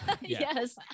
Yes